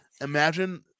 Imagine –